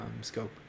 scope